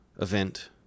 event